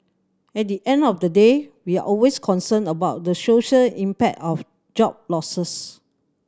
at the end of the day we're always concerned about the social impact of job losses